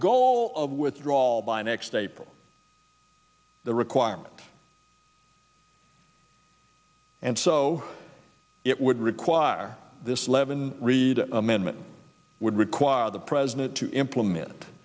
goal of withdrawal by next april the requirement and so it would require this levin reed amendment would require the president to implement